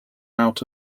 out